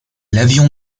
l’avion